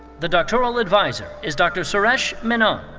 the doctoral adviser is dr. suresh menon.